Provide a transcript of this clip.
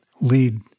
lead